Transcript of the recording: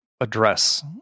address